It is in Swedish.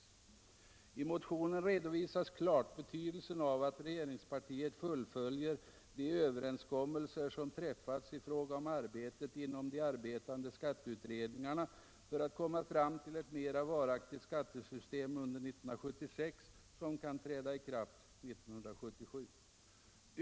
I motionen redovisas klart betydelsen av att regeringspartiet fullföljer de överenskommelser som träffats i fråga om arbetet inom de arbetande skatteutredningarna för att under 1976 komma fram till ett mera varaktigt skattesystem som kan träda i kraft 1977.